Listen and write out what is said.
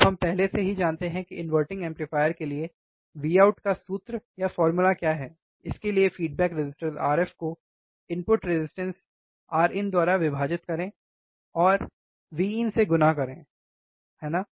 अब हम पहले से ही जानते हैं कि इनवर्टिंग एम्पलीफायर के लिए Vout का सूत्र क्या है इसके लिए फ़ीडबैक रेसिस्टेंस RF को इनपुट रेसिस्टेंस द्वारा विभाजित करें Rin Vin है ना